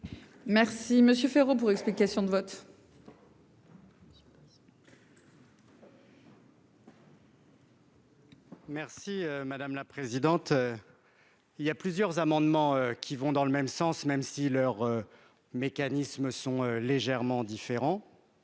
Merci Monsieur Féraud pour explications de vote. Merci madame la présidente, il y a plusieurs amendements qui vont dans le même sens, même si leur mécanisme sont légèrement différents